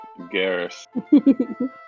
Garrus